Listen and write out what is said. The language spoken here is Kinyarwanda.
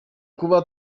kuba